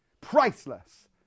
priceless